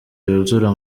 yuzura